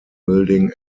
building